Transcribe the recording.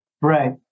right